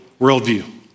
worldview